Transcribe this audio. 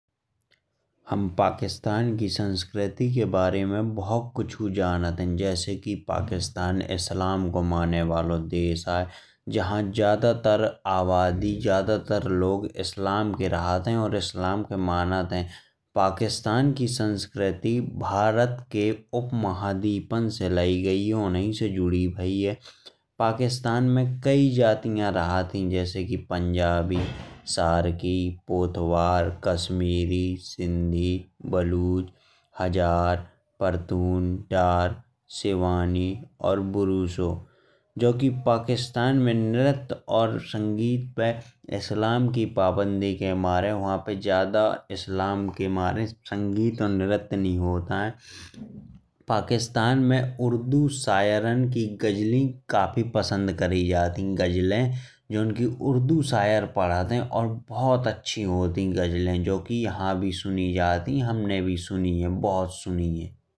हम पाकिस्तान की संस्कृति के बारे में बहुत कुछु जानत हैं। जैसे कि पाकिस्तान इस्लाम के माने बालो देश आयें। जहां ज्यादातर आबादी ज्यादा तर लोग इस्लाम के रहत हैं और इस्लाम को मानत हैं। पाकिस्तान की संस्कृति भारत के उपमहाद्वीपन से लई गई है उन्हीं से जुड़ी भाई है। पाकिस्तान में कई जातियाँ रहत ही जैसे कि पंजाबी, सरकी, पोठवार। कश्मीरी, सिंधी, बलूच, हाजर, पर्टून, दरद, शिनाकी और बुशरो। जो कि पाकिस्तान में नृत्य और संगीत पर इस्लाम की पाबंदी के मारे। भा पर ज्यादा इस्लाम के मारे ज्यादा नृत्य नी होत आये। पाकिस्तान में उर्दू शायरी की गजलि काफी पसंद करी जात ही जोन कि उर्दू शायर पढ़त है। और बहुत अच्छी होत ही जो कि यहाँ भी सुनी जात ही जो कि हमने भी सुनी है।